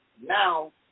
now